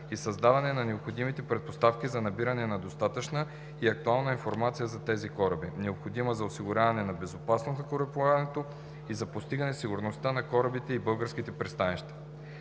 и създаване на необходимите предпоставки за набиране на достатъчна и актуална информация за тези кораби, необходима за осигуряване на безопасност на корабоплаването и за постигане сигурността на корабите и българските пристанища.